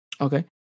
Okay